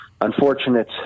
unfortunate